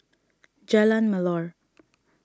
Jalan Melor